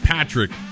Patrick